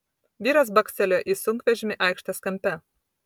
vyras bakstelėjo į sunkvežimį aikštės kampe